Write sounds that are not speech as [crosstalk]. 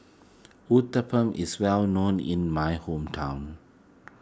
[noise] Uthapam is well known in my hometown